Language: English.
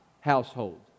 household